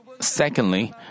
Secondly